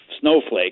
snowflake